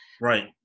Right